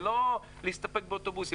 ולא להסתפק באוטובוסים.